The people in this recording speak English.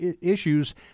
issues